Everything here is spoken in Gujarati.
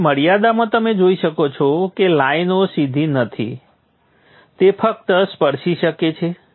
તેથી મર્યાદામાં તમે જોઈ શકો છો કે લાઈનો સીધી નથી તે ફક્ત સ્પર્શી શકે છે